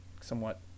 somewhat